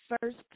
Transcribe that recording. first